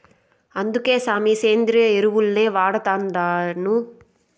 అందుకే సామీ, సేంద్రియ ఎరువుల్నే వాడతండాను